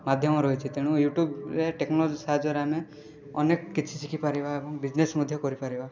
ମାଧ୍ୟମ ରହିଛି ତେଣୁ ୟୁଟ୍ୟୁବ୍ରେ ଟେକ୍ନୋଲୋଜି ସାହାଯ୍ୟରେ ଆମେ ଅନେକ କିଛି ଶିଖିପାରିବା ଏବଂ ବିଜନେସ୍ ମଧ୍ୟ କରିପାରିବା